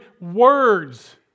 words